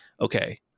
okay